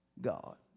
God